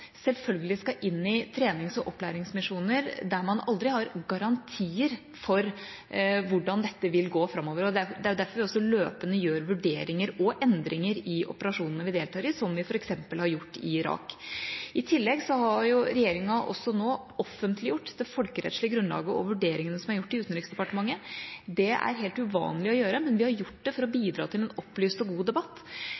aldri har garantier for hvordan dette vil gå framover. Det er derfor vi også løpende gjør vurderinger og endringer i operasjonene vi deltar i, som vi f.eks. har gjort i Irak. I tillegg har regjeringa også nå offentliggjort det folkerettslige grunnlaget og vurderingene som er gjort i Utenriksdepartementet. Det er helt uvanlig å gjøre, men vi har gjort det for å